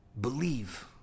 believe